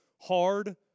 hard